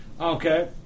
Okay